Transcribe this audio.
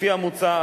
לפי המוצע,